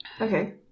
Okay